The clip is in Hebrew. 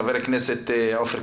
חבר הכנסת עופר כסיף.